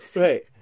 right